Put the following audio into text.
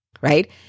right